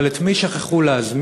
אבל את מי שכחו להזמין?